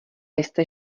jste